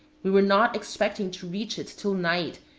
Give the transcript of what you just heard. we were not expecting to reach it till night,